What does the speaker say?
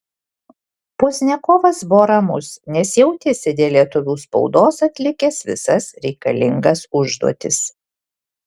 pozdniakovas buvo ramus nes jautėsi dėl lietuvių spaudos atlikęs visas reikalingas užduotis